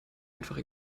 einfach